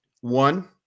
one